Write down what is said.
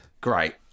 Great